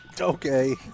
Okay